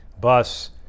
bus